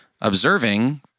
observing